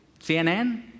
CNN